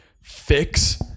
fix